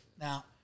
Now